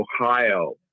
Ohio